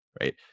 right